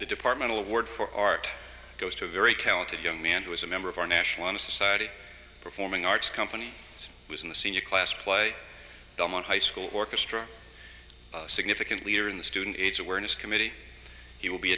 the department award for art goes to a very talented young man who is a member of our national honor society performing arts company was in the senior class play dumb or high school orchestra significant leader in the student aids awareness committee he will be